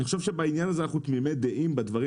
אני חושב שבעניין הזה אנחנו תמימי דעים בדברים